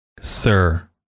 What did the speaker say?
sir